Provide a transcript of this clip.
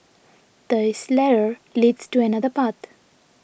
this ladder leads to another path